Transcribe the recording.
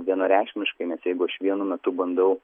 vienareikšmiškai nes jeigu aš vienu metu bandau